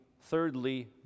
thirdly